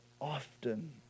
often